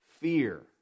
fear